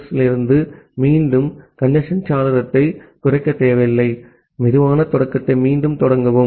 எஸ்ஸில் மீண்டும் கஞ்சேஸ்ன் சாளரத்தை குறைக்க தேவையில்லை சுலோ ஸ்டார்ட்த்தை மீண்டும் தொடங்கவும்